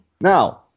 now